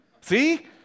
See